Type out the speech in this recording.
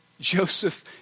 Joseph